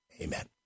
Amen